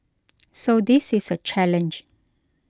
so this is a challenge